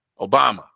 Obama